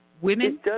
Women